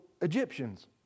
Egyptians